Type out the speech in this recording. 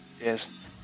yes